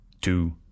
two